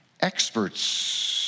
experts